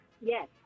Yes